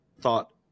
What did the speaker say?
thought